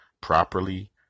Properly